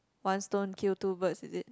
one stone kill two birds is it